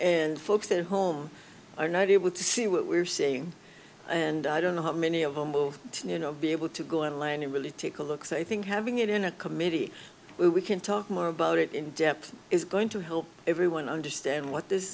and folks at home are not able to see what we're seeing and i don't know how many of them you know be able to go online and really take a look so i think having it in a committee we can talk more about it in depth is going to help everyone understand what this